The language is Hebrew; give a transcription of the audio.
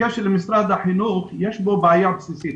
בקשר למשרד החינוך, יש כאן בעיה בסיסית.